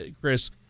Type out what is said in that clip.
Chris